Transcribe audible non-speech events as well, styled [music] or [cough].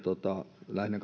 lähinnä [unintelligible]